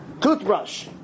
toothbrush